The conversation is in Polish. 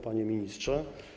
Panie Ministrze!